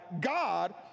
God